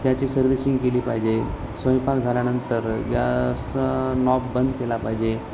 त्याची सर्व्हिसिंग केली पाहिजे स्वयंपाक झाल्यानंतर गॅसचा नॉब बंद केला पाहिजे